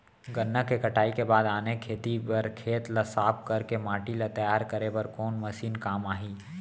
गन्ना के कटाई के बाद आने खेती बर खेत ला साफ कर के माटी ला तैयार करे बर कोन मशीन काम आही?